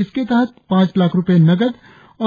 इसके तहत पांच लाख रुपये नगद